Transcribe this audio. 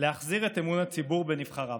להחזיר את אמון הציבור בנבחריו.